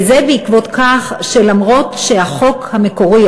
וזה בעקבות כך שאף שהחוק המקורי,